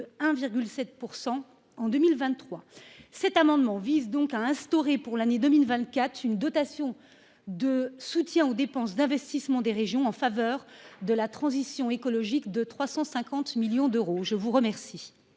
1,7 % en 2023. Cet amendement vise donc à instaurer, pour l’année 2024, une dotation de soutien aux dépenses d’investissement des régions en faveur de la transition écologique, à hauteur de 350 millions d’euros. La parole